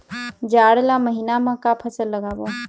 जाड़ ला महीना म का फसल लगाबो?